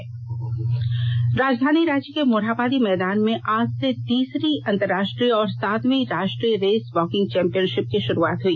खेलकूद राजधानी रांची के मोरहाबादी मैदान में आज से तीसरी अंतरराष्ट्रीय और सातवीं राष्ट्रीय रेस वाकिंग चैंपियनषिप की शुरुआत हुई